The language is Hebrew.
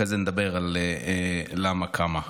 אחרי זה נדבר על למה וכמה.